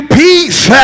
peace